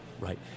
Right